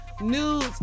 news